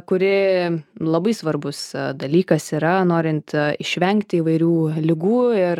kuri labai svarbus dalykas yra norint išvengti įvairių ligų ir